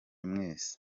mwese